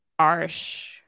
arsh